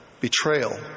betrayal